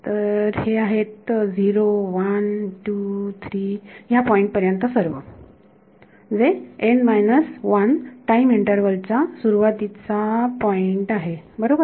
तर हे आहे 0 1 2 3 ह्या पॉईंट पर्यंत सर्व जे n minus one time interval चा सुरुवातीचा पॉईंट आहे बरोबर